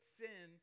sin